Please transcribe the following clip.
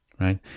right